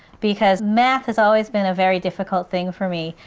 because math has always been a very difficult thing for me.